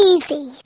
Easy